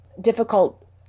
difficult